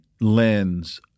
lens